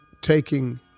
taking